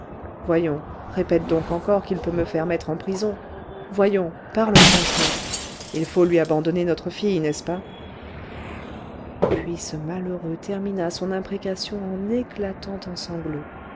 voyons répète donc encore qu'il peut me faire mettre en prison voyons parle franchement il faut lui abandonner notre fille n'est-ce pas puis ce malheureux termina son imprécation en éclatant en sanglots